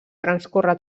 transcorre